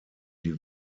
die